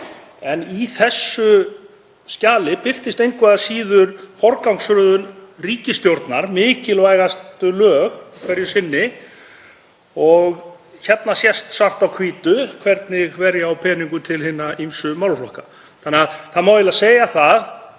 Í þessu skjali birtist engu að síður forgangsröðun ríkisstjórnar, mikilvægustu lög hverju sinni og hérna sést svart á hvítu hvernig verja á peningum til hinna ýmsu málaflokka. Það má eiginlega segja það